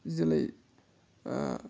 ضِلَے